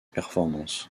performance